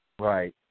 Right